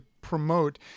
promote